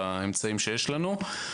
באמצעים שיש לנו.